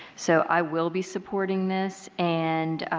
so i will be supporting this and